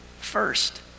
first